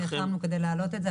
נלחמנו כדי להעלות את זה,